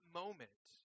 moment